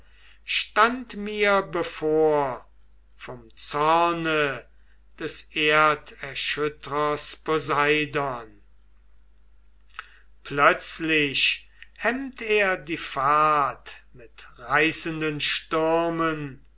stand mir bevor vom zorne des erderschüttrers poseidon plötzlich hemmt er die fahrt mit reißenden stürmen